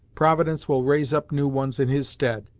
providence will raise up new ones in his stead,